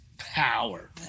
Power